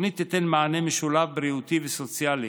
התוכנית תיתן מענה משולב, בריאותי וסוציאלי,